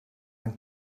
een